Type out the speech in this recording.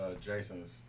Jason's